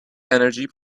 energy